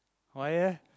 why eh